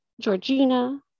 Georgina